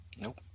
Nope